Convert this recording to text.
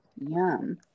Yum